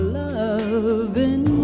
loving